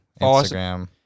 Instagram